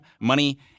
money